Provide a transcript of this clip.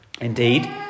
indeed